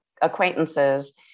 acquaintances